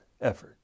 effort